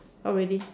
oh really